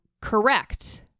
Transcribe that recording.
correct